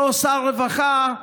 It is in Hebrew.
אותו שר רווחה,